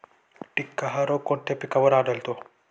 टिक्का हा रोग कोणत्या पिकावर आढळतो?